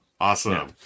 Awesome